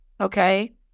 okay